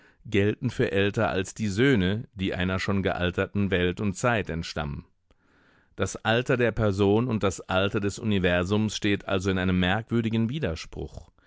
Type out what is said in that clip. gelten für älter als die söhne die einer schon gealterten welt und zeit entstammen das alter der person und das alter des universums steht also in einem merkwürdigen widerspruch